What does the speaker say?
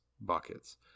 buckets